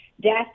death